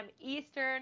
Eastern